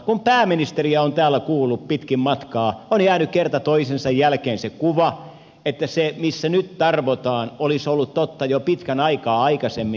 kun pääministeriä on täällä kuullut pitkin matkaa on jäänyt kerta toisensa jälkeen kuva että se missä nyt tarvotaan olisi ollut totta jo pitkän aikaa aikaisemmin